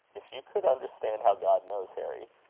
if you could understand how god knows, harry,